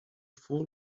full